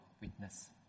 witness